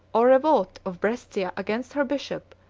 or revolt, of brescia against her bishop,